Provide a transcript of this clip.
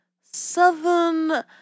Southern